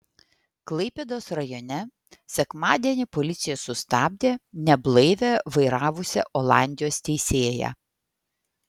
klaipėdos rajone sekmadienį policija sustabdė neblaivią vairavusią olandijos teisėją